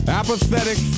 apathetic